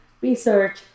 research